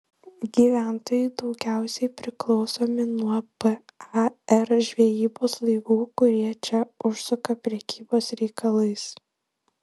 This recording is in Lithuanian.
gyventojai daugiausiai priklausomi nuo par žvejybos laivų kurie čia užsuka prekybos reikalais